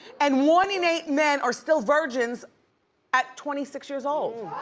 and one in eight men are still virgins at twenty six years old.